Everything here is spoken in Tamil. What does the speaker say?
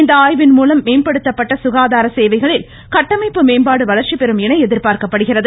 இந்த ஆய்வின் மூலம் மேம்படுத்தப்பட்ட சுகாதார சேவைகளில் கட்டமைப்பு மேம்பாடு வளர்ச்சிபெறும் என எதிர்பார்க்கப்படுகிறது